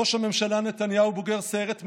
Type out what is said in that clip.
ראש הממשלה נתניהו, בוגר סיירת מטכ"ל,